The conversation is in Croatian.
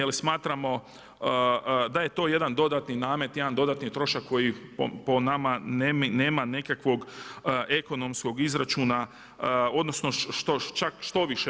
Jer smatramo da je to jedan dodatni namet, jedan dodatni trošak koji po nama nema nikakvog ekonomskog izračuna odnosno čak štoviše.